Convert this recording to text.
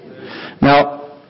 Now